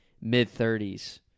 mid-30s